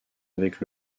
avec